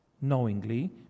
knowingly